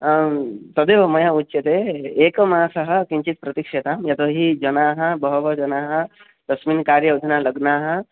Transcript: आं तदेव मया उच्यते एकमासः किञ्चित् प्रतीक्ष्यतां यतो हि जनाः बहवः जनाः तस्मिन् कार्ये अधुना लग्नाः